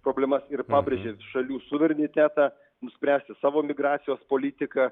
problemas ir pabrėžė šalių suverenitetą nuspręsti savo migracijos politiką